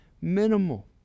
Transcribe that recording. minimal